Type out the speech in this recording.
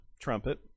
trumpet